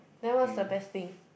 then what is the best thing